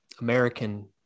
American